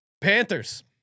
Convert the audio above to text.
Panthers